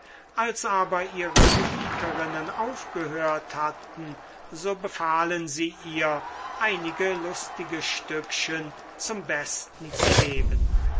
als aber ihre gebieterinnen aufgehört hatten so befahlen sie ihr einige lustige stückchen zum besten zu geben